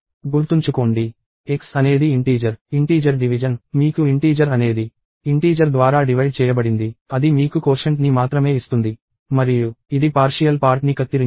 గుర్తుంచుకోండి - x అనేది integer - integer division మీకు ఇంటీజర్ అనేది ఇంటీజర్ ద్వారా డివైడ్ చేయబడింది అది మీకు కోషెంట్ ని మాత్రమే ఇస్తుంది మరియు ఇది పార్షియల్ పార్ట్ ని కత్తిరించింది